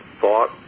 thought